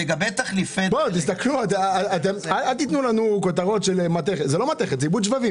אל תיתנו לנו כותרות לא נכונות.